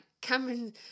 Cameron